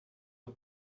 het